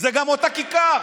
זו גם אותה כיכר,